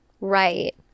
Right